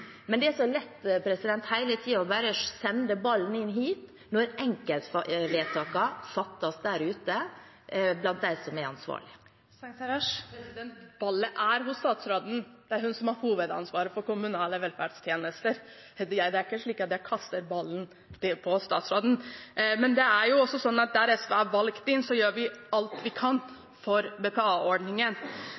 Men det er så lett hele tiden bare å sende ballen hit, når enkeltvedtakene fattes der ute, blant dem som er ansvarlige. Det blir oppfølgingsspørsmål – Sheida Sangtarash. Ballen er hos statsråden; det er hun som har hovedansvaret for kommunale velferdstjenester. Det er ikke slik at jeg kaster ballen til statsråden. Men der SV er valgt inn, gjør vi alt vi kan for